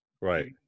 right